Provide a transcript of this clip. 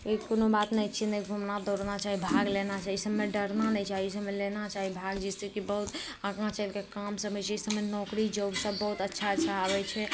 ई कोनो बात नहि छै नहि घूमना दौड़ना चाही भाग लेना चाही एहि सभमे डरना नहि चाही लेना चाही भाग जिससे कि बहुत आगाँ चलि कऽ काम सभमे जे छै इसभमे नौकरी जॉबसभ बहुत अच्छा अच्छा आबै छै